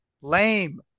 lame